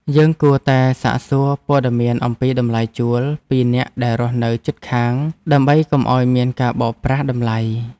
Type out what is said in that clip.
យើងគួរតែសាកសួរព័ត៌មានអំពីតម្លៃជួលពីអ្នកដែលរស់នៅជិតខាង ដើម្បីកុំឱ្យមានការបោកប្រាស់តម្លៃ។